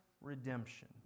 redemption